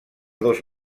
dos